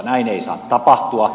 näin ei saa tapahtua